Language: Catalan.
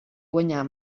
guanyar